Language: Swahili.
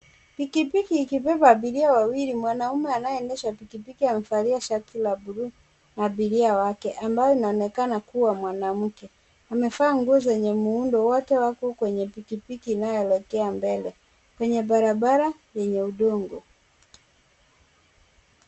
Pikipiki ikibeba abiria wawili. Mwanaume anayeendesha pikipiki amevalia shati la blue na abiria wake ambaye anaonekana kuwa mwanamke. Amevaa nguo zenye muundo. Wote wako kwenye pikipiki inayoelekea mbele. Wote wako kwenye barabara ya udongo.